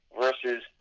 Versus